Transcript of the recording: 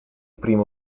primo